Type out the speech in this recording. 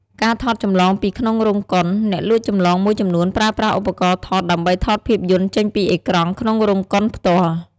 ការថតចម្លងពីក្នុងរោងកុន អ្នកលួចចម្លងមួយចំនួនប្រើប្រាស់ឧបករណ៍ថតដើម្បីថតភាពយន្តចេញពីអេក្រង់ក្នុងរោងកុនផ្ទាល់។